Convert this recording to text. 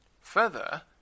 Further